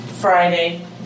Friday